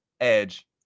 edge